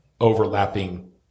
overlapping